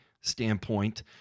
standpoint